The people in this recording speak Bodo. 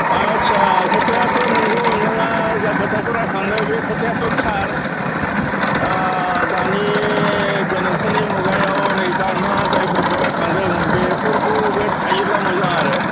आच्चा खोथायाथ' नंगौ नोंथाङा जा खोथाखौ रायखांदों बे खोथायाथ' थार दानि गोनोखोनि मुगायाव नै दा नोंथाङा जायफोरखौ रायखांदों बेफोरखौ बे थायोब्ला मोजां आरो